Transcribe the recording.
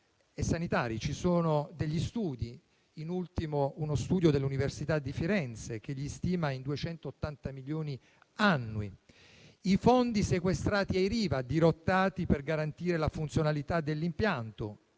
ci sono degli studi, da ultimo uno studio dell'università di Firenze, che li stima in 280 milioni annui. Vi sono poi i fondi sequestrati ai Riva, dirottati per garantire la funzionalità dell'impianto: